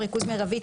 "ריכוז מרבי",